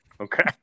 Okay